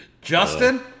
Justin